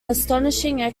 astonishing